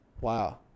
Wow